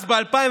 אבל אז, ב-2009,